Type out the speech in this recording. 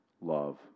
love